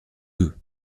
deux